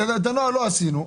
את הנוהל לא עשינו,